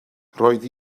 roedd